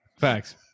Facts